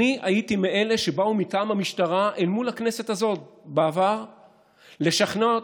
מאלה שבאו מטעם המשטרה אל מול הכנסת הזאת בעבר לשכנע על